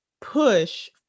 push